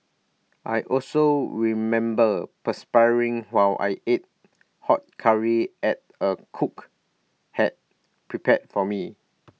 I also remember perspiring while I ate hot Curry at A cook had prepared for me